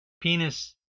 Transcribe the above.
penis